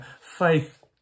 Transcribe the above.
Faith